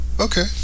Okay